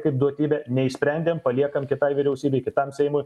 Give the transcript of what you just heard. kaip duotybę neišsprendėm paliekam kitai vyriausybei kitam seimui